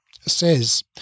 says